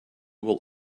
will